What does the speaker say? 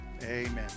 Amen